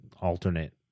alternate